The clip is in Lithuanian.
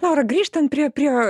laura grįžtant prie prie